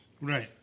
right